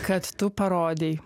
kad tu parodei